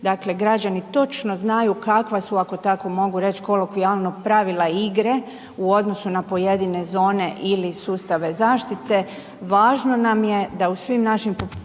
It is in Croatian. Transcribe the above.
njih građani točno znaju kakva su, ako tako mogu reć kolokvijalno, pravila igre u odnosu na pojedine zone ili sustave zaštite.